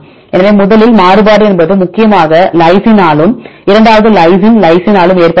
எனவே முதலில் மாறுபாடு என்பது முக்கியமாக லைசினாலும்n இரண்டாவது லைசின் லைசினாலும் ஏற்படுகிறது